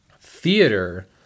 theater